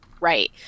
right